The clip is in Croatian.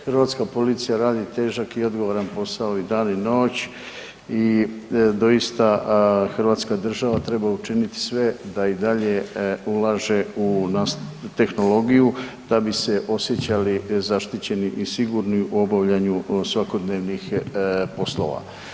Hrvatska policija radi težak i odgovaran posao i dan i noć i doista hrvatska država treba učiniti sve da i dalje ulaže u .../nerazumljivo/... tehnologiju da bi se osjećali zaštićeni i sigurni u obavljanju svakodnevnih poslova.